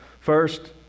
First